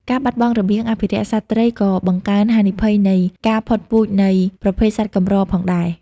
ការបាត់បង់របៀងអភិរក្សសត្វព្រៃក៏បង្កើនហានិភ័យនៃ ការផុតពូជនៃប្រភេទសត្វកម្រ ផងដែរ។